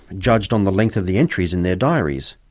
judged on the length of the entries in their diaries.